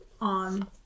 on